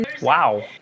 Wow